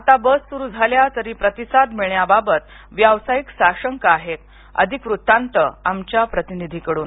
आता बस सुरू झाल्या तरी प्रतिसाद मिळण्याबाबत व्यावसायिक साशंक आहेत अधिक वृत्तांत आमच्या प्रतिनिधीकडून